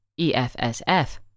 EFSF